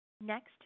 Next